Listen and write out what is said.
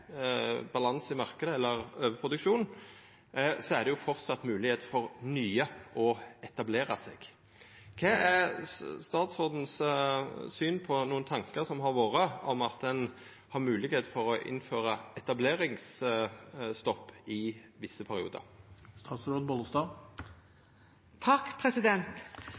balanse i marknaden eller overproduksjon, er det framleis moglegheit for nye til å etablera seg. Kva er synet til statsråden på nokre tankar som har vore om at ein har moglegheit til å innføra etableringsstopp i visse